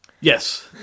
Yes